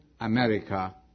America